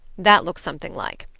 that looks something like.